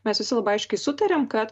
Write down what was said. mes visi labai aiškiai sutarėm kad